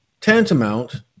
tantamount